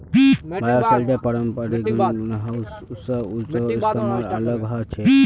bioshelter पारंपरिक greenhouse स ऊर्जार इस्तमालत अलग ह छेक